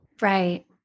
Right